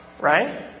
right